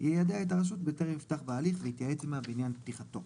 יידע את הרשות בטרם יפתח בהליך ויתייעץ עמה בעניין פתיחתו.